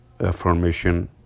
affirmation